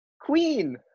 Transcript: Queen